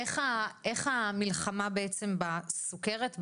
איך המלחמה בעצם בסוכרת,